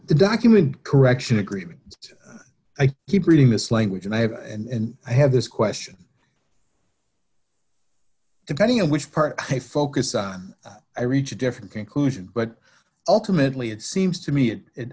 the document correction agreements i keep reading this language and i have and i have this question depending on which part they focus on i reach a different conclusion but ultimately it seems to me it